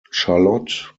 charlotte